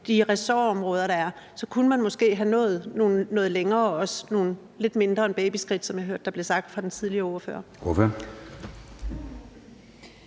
de ressortområder, der er, så kunne man måske have nået noget længere og også nogle lidt mindre end babyskridt, som jeg hørte der blev sagt fra den tidligere ordfører.